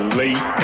late